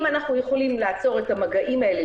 אם אנחנו יכולים לעצור את המגעים האלה,